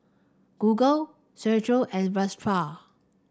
Google and Vespa